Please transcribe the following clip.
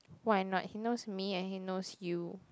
why not he knows me and he knows you